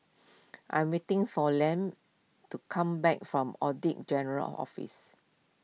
I am waiting for Liam to come back from Audit General's Office